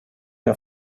der